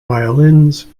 violins